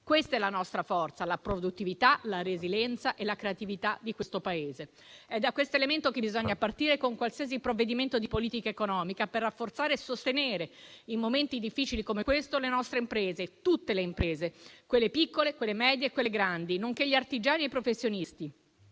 Questa è la nostra forza: la produttività, la resilienza e la creatività di questo Paese. È da questo elemento che bisogna partire, con qualsiasi provvedimento di politica economica, per rafforzare e sostenere, in momenti difficili come questo, le nostre imprese, tutte le imprese: quelle piccole, quelle medie, quelle grandi, nonché gli artigiani e i professionisti.